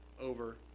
over